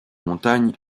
montagnes